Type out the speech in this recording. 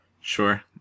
Sure